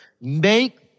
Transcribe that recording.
make